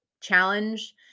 challenge